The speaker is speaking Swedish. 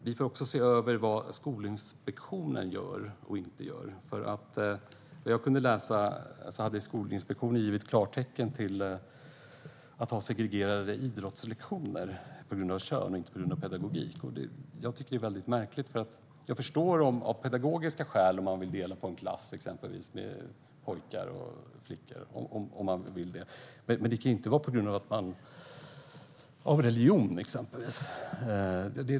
Vi får se över vad Skolinspektionen gör och inte gör. Utifrån det jag kunde utläsa har Skolinspektionen gett klartecken till att ha segregerade idrottslektioner på grund av kön, inte pedagogik. Det tycker jag är väldigt märkligt. Jag förstår om man av pedagogiska skäl vill dela upp en klass i exempelvis pojkar och flickor, men det kan inte ske på grund av religion, till exempel.